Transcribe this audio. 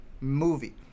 movie